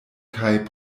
kaj